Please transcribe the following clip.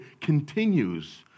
continues